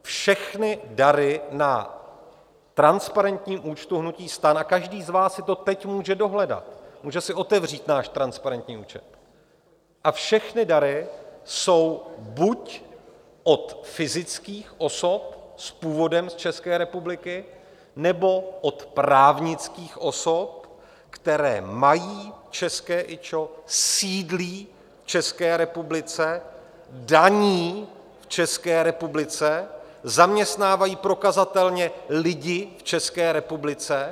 Všechny dary na transparentním účtu hnutí STAN, a každý z vás si to teď může dohledat, může si otevřít náš transparentní účet, všechny dary jsou buď od fyzických osob s původem z České republiky, nebo od právnických osob, které mají české IČO, sídlí v České republice, daní v České republice, zaměstnávají prokazatelně lidi v České republice.